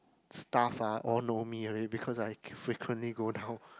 staff ah all know me already because I frequently go down